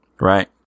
Right